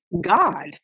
God